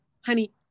honey